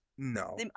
No